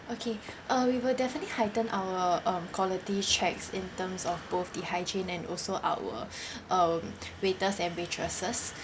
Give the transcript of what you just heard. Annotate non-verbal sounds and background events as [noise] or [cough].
okay uh we will definitely heighten our um quality checks in terms of both the hygiene and also our [breath] um waiters and waitresses